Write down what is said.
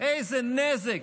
איזה נזק